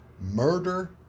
murder